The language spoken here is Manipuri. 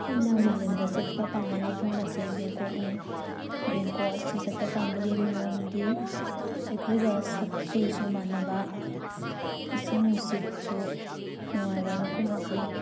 ꯑꯩꯅ ꯃꯥꯂꯦꯝꯗ ꯆꯠꯄ ꯄꯥꯝꯕ ꯃꯐꯝ ꯑꯁꯦ ꯕꯦꯡꯀꯣꯛꯅꯤ ꯕꯦꯡꯀꯣꯛ ꯑꯁꯤ ꯆꯠꯄ ꯄꯥꯝꯕꯒꯤ ꯃꯔꯝꯗꯤ ꯑꯩꯈꯣꯏꯒ ꯁꯛ ꯆꯨꯁꯨ ꯃꯥꯟꯅꯕ ꯏꯁꯤꯡ ꯅꯨꯡꯁꯤꯠꯁꯨ ꯅꯨꯡꯉꯥꯏꯕ ꯃꯐꯝ ꯑꯁꯤ